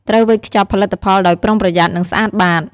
ត្រូវវេចខ្ចប់ផលិតផលដោយប្រុងប្រយ័ត្ន និងស្អាតបាត។